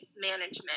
management